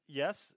yes